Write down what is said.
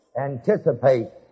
anticipate